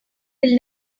will